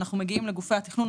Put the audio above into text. כשאנחנו מגיעים לגופי התכנון,